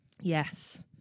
Yes